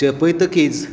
चेपयतकीच